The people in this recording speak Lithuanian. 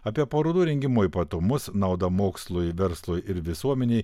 apie parodų rengimo ypatumus naudą mokslui verslui ir visuomenei